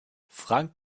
frank